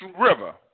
river